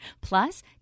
Plus